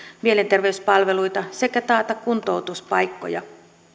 mielenterveyspalveluita sekä taata kuntoutuspaikkoja